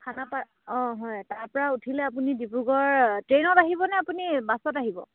খানাপাৰা অঁ হয় তাৰপৰা উঠিলে আপুনি ডিব্ৰুগড় ট্ৰেইনত আহিবনে আপুনি বাছত আহিব